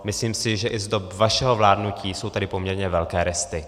Myslím si, že i z dob vašeho vládnutí jsou tady poměrně velké resty.